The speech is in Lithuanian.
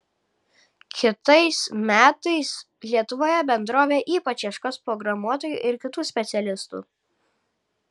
kitais metais lietuvoje bendrovė ypač ieškos programuotojų ir kitų specialistų